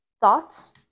thoughts